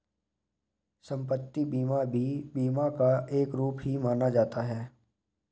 सम्पत्ति बीमा भी बीमा का एक रूप ही माना जाता है